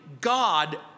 God